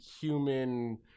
human